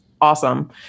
awesome